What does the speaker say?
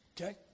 Okay